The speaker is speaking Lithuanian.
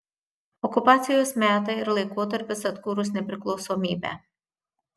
okupacijos metai ir laikotarpis atkūrus nepriklausomybę